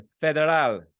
Federal